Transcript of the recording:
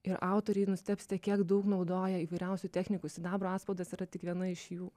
ir autoriai nustebsite kiek daug naudoja įvairiausių technikų sidabro atspaudas yra tik viena iš jų